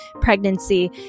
pregnancy